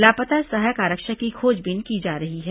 लापता सहायक आरक्षक की खोजबीन की जा रही है